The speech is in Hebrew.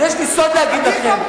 יש לי סוד להגיד לכם.